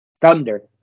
Thunder